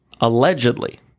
allegedly